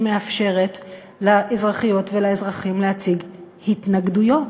מאפשרת לאזרחיות ולאזרחים להציג התנגדויות.